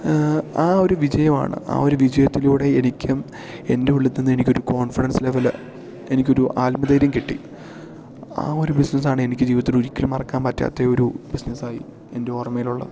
ആ ഒരു വിജയമാണ് ആ ഒരു വിജയത്തിലൂടെ എനിക്കും എൻ്റെയുള്ളിൽത്തന്നെ എനിക്കൊരു കോൺഫ്ഡൻസ് ലെവല് എനിക്കൊരു ആത്മധൈര്യം കിട്ടി ആ ഒരു ബിസ്നസ്സ് ആണ് എനിക്ക് ജീവിതത്തിലൊരിക്കലും മറക്കാൻ പറ്റാത്ത ഒരു ബിസിനസ്സ് ആയി എൻ്റെ ഓർമയിലുള്ളത്